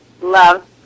Love